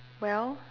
well